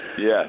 Yes